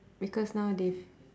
because now they've